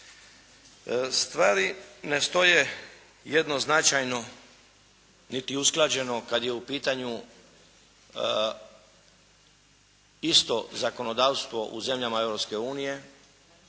Stvari ne stoje jednoznačajno niti usklađeno kad je u pitanju isto zakonodavstvo u zemljama